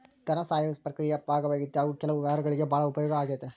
ಧನಸಹಾಯವು ಪ್ರಕ್ರಿಯೆಯ ಭಾಗವಾಗೈತಿ ಹಾಗು ಕೆಲವು ವ್ಯವಹಾರಗುಳ್ಗೆ ಭಾಳ ಉಪಯೋಗ ಆಗೈತೆ